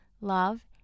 love